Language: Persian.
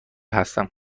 هستم